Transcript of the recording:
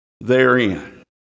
therein